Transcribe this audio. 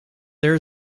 there